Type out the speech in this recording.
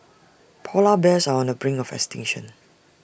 Polar Bears are on the brink of extinction